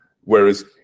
whereas